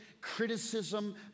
criticism